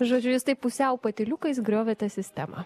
žodžiu jūs taip pusiau patyliukais griovėte sistemą